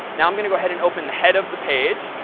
now, i'm going to go ahead and open the head of the page.